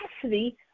capacity